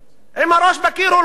עם הראש בקיר הולכים.